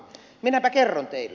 minäpä kerron teille